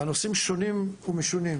הנושאים שונים ומשונים.